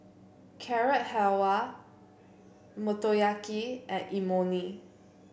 Carrot Halwa Motoyaki and Imoni